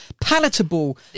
palatable